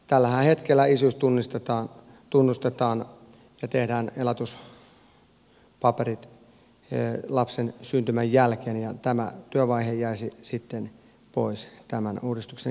tällä hetkellähän isyys tunnistetaan tunnustetaan ja tehdään elatuspaperit lapsen syntymän jälkeen ja tämä työvaihe jäisi sitten pois tämän uudistuksen jälkeen